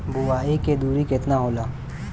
बुआई के दूरी केतना होला?